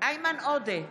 איימן עודה,